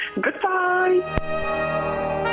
Goodbye